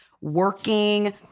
working